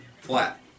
Flat